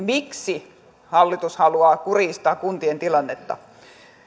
miksi hallitus haluaa kurjistaa kuntien tilannetta